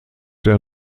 der